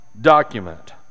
document